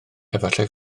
efallai